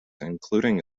including